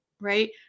right